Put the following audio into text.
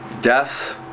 death